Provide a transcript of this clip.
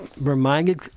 reminded